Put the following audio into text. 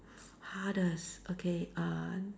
hardest okay uh